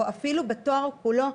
או אפילו בתואר כולו,